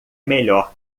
melhor